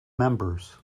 members